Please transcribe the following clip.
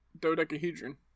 dodecahedron